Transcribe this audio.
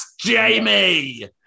Jamie